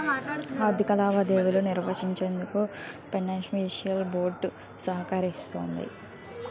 ఆర్థిక లావాదేవీలు నిర్వహించేందుకు ఫైనాన్షియల్ బోర్డ్ సహకరిస్తుంది